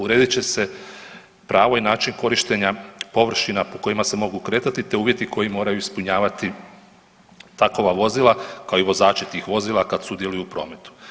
Uredit će se pravo i način korištenja površina po kojima se mogu kretati te uvjeti koje moraju ispunjavati takva vozila kao i vozači tih vozila kad sudjeluju u prometu.